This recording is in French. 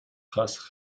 race